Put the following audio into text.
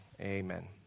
Amen